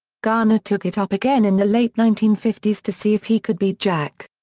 garner took it up again in the late nineteen fifty s to see if he could beat jack.